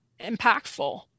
impactful